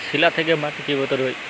শিলা থেকে মাটি কিভাবে তৈরী হয়?